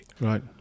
Right